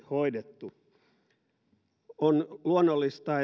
hoidettu onnistuneesti on luonnollista